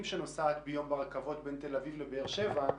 שנוסעת ביום ברכבת מתל אביב לבאר שבע,